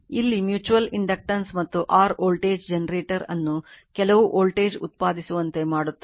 ಇಲ್ಲಿ mutual inductance ಮತ್ತು r voltage generator ಅನ್ನು ಕೆಲವು ವೋಲ್ಟೇಜ್ ಉತ್ಪಾದಿಸುವಂತೆ ಮಾಡುತ್ತದೆ